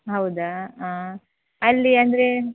ಹೌದಾ ಹಾಂ ಅಲ್ಲಿ ಅಂದರೆ